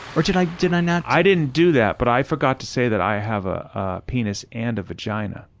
or did i did i not? i didn't do that, but i forgot to say that i have ah a penis and a vagina.